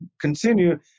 continue